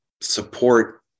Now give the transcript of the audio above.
support